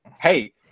Hey